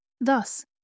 Thus